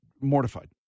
mortified